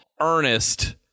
Ernest